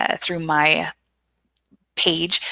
ah through my page.